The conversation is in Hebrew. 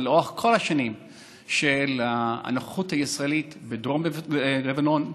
ולאורך כל השנים של הנוכחות הישראלית בדרום לבנון,